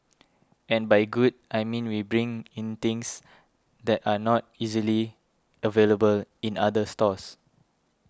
and by good I mean we bring in things that are not easily available in other stores